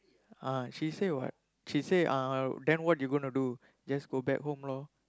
ah she say what she say uh then what you gonna do just go back home lor